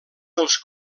dels